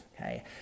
okay